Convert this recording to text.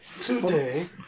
today